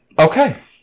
okay